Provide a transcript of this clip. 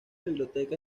biblioteca